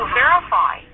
verify